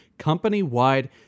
company-wide